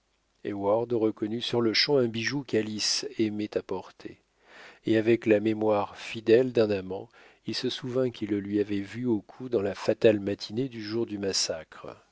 reconnut sur-le-champ un bijou qu'alice aimait à porter et avec la mémoire fidèle d'un amant il se souvint qu'il le lui avait vu au cou dans la fatale matinée du jour du massacre